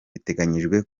biteganyijwe